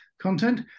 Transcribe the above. content